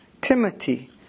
Timothy